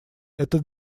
это